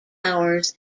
hours